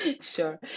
Sure